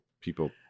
people